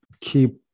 keep